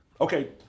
okay